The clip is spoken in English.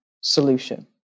solution